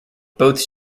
both